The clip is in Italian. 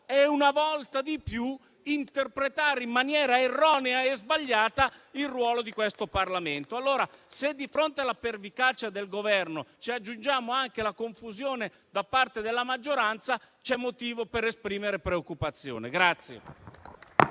una volta di più, interpretare in maniera erronea il ruolo di questo Parlamento. Allora, se alla pervicacia del Governo aggiungiamo anche la confusione da parte della maggioranza, c'è motivo per esprimere preoccupazione.